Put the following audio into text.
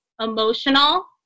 emotional